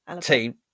team